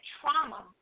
trauma